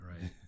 right